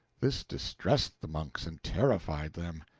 this distressed the monks and terrified them.